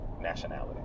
nationality